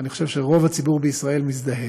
ואני חושב שרוב הציבור בישראל מזדהה.